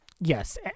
Yes